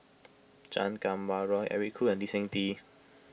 Chan Kum Wah Roy Eric Khoo and Lee Seng Tee